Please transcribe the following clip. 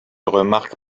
remarque